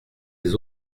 des